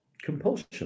compulsion